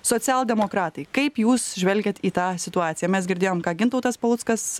socialdemokratai kaip jūs žvelgiat į tą situaciją mes girdėjom ką gintautas paluckas